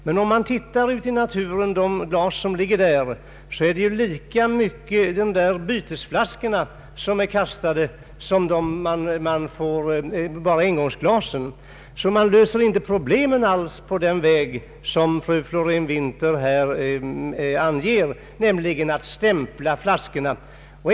Men ute i naturen ligger ju bortkastade bytesflaskor lika ofta som engångsglas. Man löser därför inte problemen på den väg som fru Florén-Winther anger, nämligen genom att stämpla flaskorna.